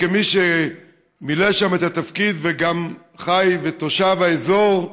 כמי שמילא שם את התפקיד וגם חי ותושב האזור,